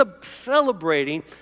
celebrating